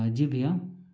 जी भैया